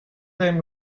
them